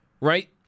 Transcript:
Right